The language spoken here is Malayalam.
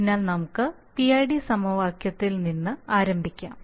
അതിനാൽ നമുക്ക് PID സമവാക്യത്തിൽ നിന്ന് ആരംഭിക്കാം